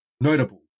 notable